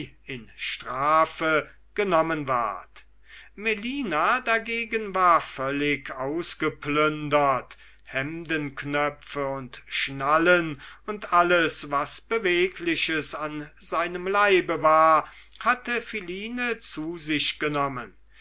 in strafe genommen ward melina dagegen war völlig ausgeplündert hemdenknöpfe und schnallen und alles was bewegliches an sei nem leibe war hatte philine zu sich genommen